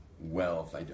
wealth